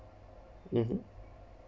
mmhmm